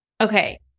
Okay